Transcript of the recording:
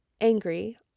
angry